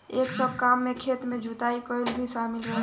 एह सब काम में खेत के जुताई कईल भी शामिल रहेला